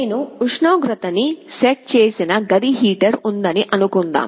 నేను ఉష్ణోగ్రతని సెట్ చేసిన గది హీటర్ ఉందని అనుకుందాం